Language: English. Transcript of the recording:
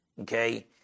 okay